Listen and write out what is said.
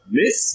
miss